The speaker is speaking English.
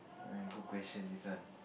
ah good question this one